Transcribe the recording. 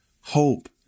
hope